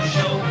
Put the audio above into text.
Show